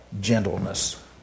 gentleness